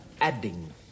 adding